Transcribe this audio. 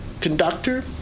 conductor